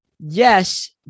Yes